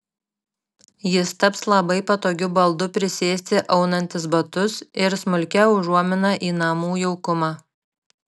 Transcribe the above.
jis taps labai patogiu baldu prisėsti aunantis batus ir smulkia užuomina į namų jaukumą